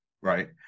right